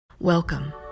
Welcome